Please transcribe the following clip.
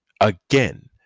again